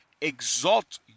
exalt